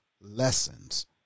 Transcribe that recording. lessons